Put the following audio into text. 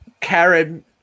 Karen